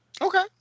Okay